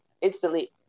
Instantly